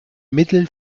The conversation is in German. mittel